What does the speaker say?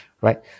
right